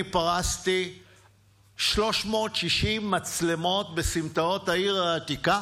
אני פרסתי 360 מצלמות בסמטאות העיר העתיקה